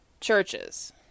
churches